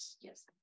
Yes